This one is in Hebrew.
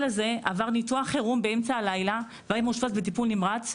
הזה עבר ניתוח חירום באמצע הלילה ואושפז בטיפול נמרץ.